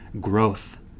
growth